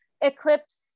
Eclipse